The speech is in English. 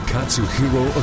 Katsuhiro